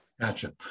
Gotcha